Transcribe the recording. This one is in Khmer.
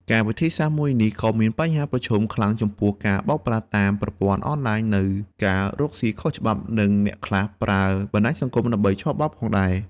ការវិធីសាស្រ្តមួយនេះក៏មានបញ្ហាប្រឈមខ្លាំងចំពោះការបោកប្រាស់តាមប្រព័ន្ធអនឡាញនៅការរកសុីខុសច្បាប់និងអ្នកខ្លះប្រើបណ្តាញសង្គមដើម្បីឆបោកផងដែរ។